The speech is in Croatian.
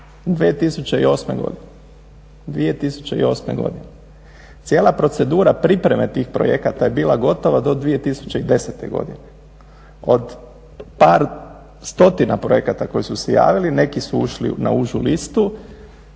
2008. godine. Cijela procedura pripreme tih projekata je bila gotova do 2010. godine. Od par stotina projekata koji su se javili neki su ušli na užu listu.